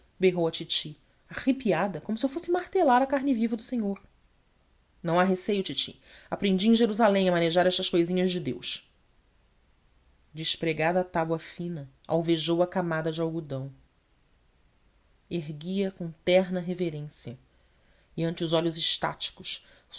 berrou a titi arrepiada como se eu fosse martelar a carne viva do senhor não há receio titi aprendi em jerusalém a manejar estas cousinhas de deus despregada a tábua fina alvejou a camada de algodão ergui a com terna reverência e ante os olhos extáticos